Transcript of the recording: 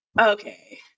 okay